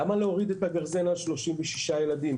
למה להוריד את הגרזן על 36 ילדים?